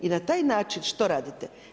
I na taj način što radite?